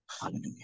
Hallelujah